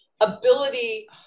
ability